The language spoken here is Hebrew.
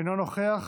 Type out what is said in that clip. אינו נוכח,